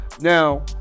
now